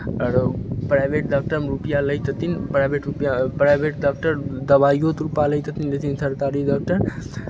आरो private doctor रुपैआ लै तथिन प्राइवेट रुपैआ प्राइवेट डाक्टर दवाइओके रुपैआ लै थथिन लेकिन सरतारी डाक्टर